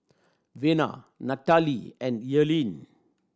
Vena Natalee and Earlene